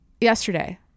yesterday